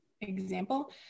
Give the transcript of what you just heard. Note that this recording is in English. example